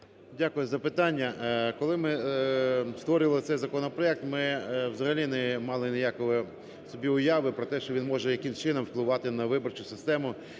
Дякую за питання. Коли ми створювали цей законопроект, ми взагалі не мали ніякої собі уяви, що він може якимось чином впливати на виборчу систему